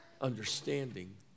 understanding